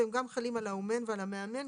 והם גם חלים על האומן ועל המאמן,